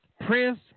Prince